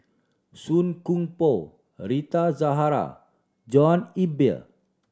Song Koon Poh Rita Zahara John Eber